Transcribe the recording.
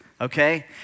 okay